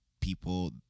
people